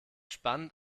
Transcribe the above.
spannend